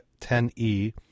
10E